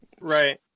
Right